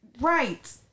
Right